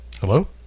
Hello